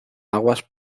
aguas